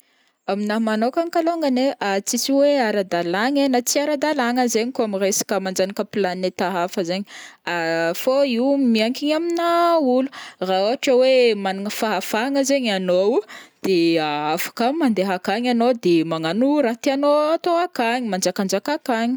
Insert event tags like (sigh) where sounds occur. Aminahy manokagna kalongany ai (hesitation) tsy hoe ara-dàlagna ai na tsy ara-dàlagna zaigny kao am resaka manjanaka planèta hafa zaign, (hesitation) fao io miankigna amina olo, raha ohatra hoe managna fahafahagna zaigny anao de afaka mandeha akagny anao magnano raha tianao atao akagny, manjakanjaka akagny.